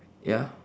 ya